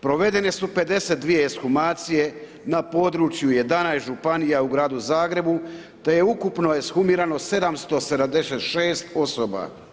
Provedene su 51 ekshumacije na području 11 županija u Gradu Zagrebu, te je ukupno ekshumirano 776 osoba.